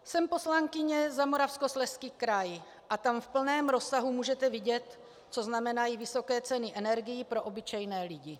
Jsem poslankyně za Moravskoslezský kraj a tam v plném rozsahu můžete vidět, co znamenají vysoké ceny energií pro obyčejné lidi.